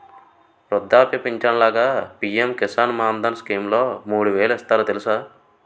వృద్ధాప్య పించను లాగా పి.ఎం కిసాన్ మాన్ధన్ స్కీంలో మూడు వేలు ఇస్తారు తెలుసా?